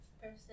person